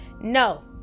no